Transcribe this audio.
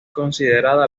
considerada